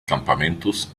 campamentos